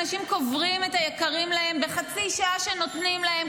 אנשים קוברים את היקרים להם בחצי שעה שנותנים להם,